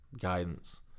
Guidance